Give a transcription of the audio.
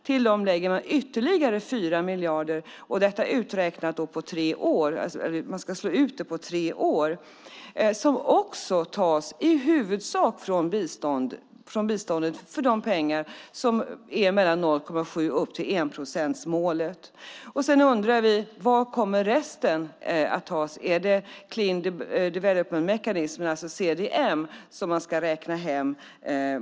Till dem lägger man ytterligare 4 miljarder. Detta ska slås ut på tre år. Men dessa pengar tas också i huvudsak från biståndet. Det gäller pengar från 0,7 procent och upp till enprocentsmålet. Varifrån kommer resten att tas? Är det clean development mechanism, CDM, som man ska räkna hem?